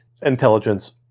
intelligence